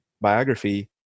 biography